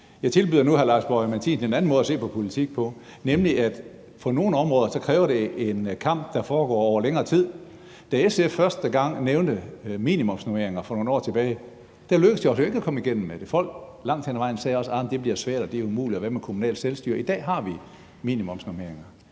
Jeg tilbyder nu hr. Lars Boje Mathiesen en anden måde at se på politik på, nemlig ved at sige, at på nogle områder kræver det en kamp, der foregår over længere tid. Da SF første gang nævnte minimumsnormeringer for nogle år tilbage, lykkedes det os jo ikke at komme igennem med det. Folk sagde også langt hen ad vejen: Jamen det bliver svært, og det er umuligt, og hvad med kommunalt selvstyre? I dag har vi minimumsnormeringer.